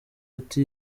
ati